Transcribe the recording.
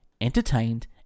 Entertained